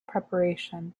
preparation